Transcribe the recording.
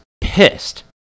pissed